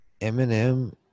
Eminem